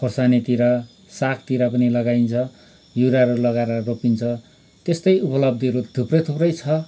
खोर्सानीतिर सागतिर पनि लगाइन्छ युरियाहरू लगाएर रोपिन्छ त्यस्तै उपलब्धिहरू थुप्रै थुप्रै छ